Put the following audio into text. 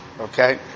okay